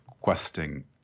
questing